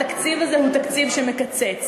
התקציב הזה הוא תקציב שמקצץ.